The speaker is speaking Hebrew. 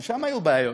גם שם היו בעיות.